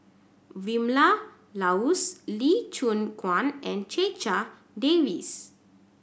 Vilma Laus Lee Choon Guan and Checha Davies